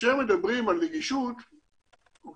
כאשר מדברים על נגישות אז